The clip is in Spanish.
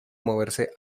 moverse